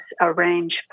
arrange